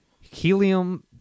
Helium